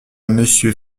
monsieur